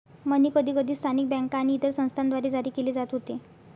मनी कधीकधी स्थानिक बँका आणि इतर संस्थांद्वारे जारी केले जात होते